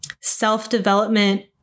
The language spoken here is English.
self-development